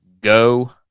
Go